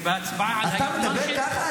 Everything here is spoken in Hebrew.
ובהצבעה על -- אתה מדבר ככה?